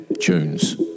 tunes